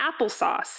applesauce